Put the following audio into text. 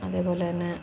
അതേപോലെ തന്നെ